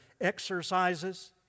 exercises